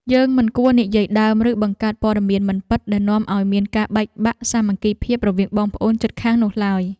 យើងមិនគួរនិយាយដើមឬបង្កើតព័ត៌មានមិនពិតដែលនាំឱ្យមានការបែកបាក់សាមគ្គីភាពរវាងបងប្អូនជិតខាងនោះឡើយ។